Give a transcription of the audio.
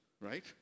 right